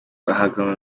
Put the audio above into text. bahabwa